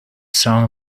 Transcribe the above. song